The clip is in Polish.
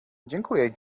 dziękuję